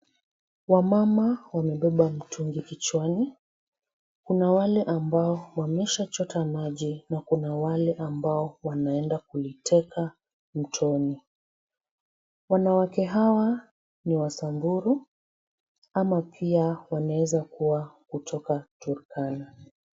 Wamama wamebeba mtungi kichwani, Kuna wale ambao wameshachota maji na kuna wale ambao wameenda kuiteka mtoni. Wanawake hawa ni wasamburu ama pia wanaeza kuwa kutoka Turkana.